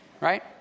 right